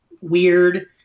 weird